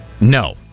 No